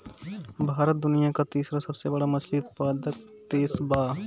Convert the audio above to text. भारत दुनिया का तीसरा सबसे बड़ा मछली उत्पादक देश बा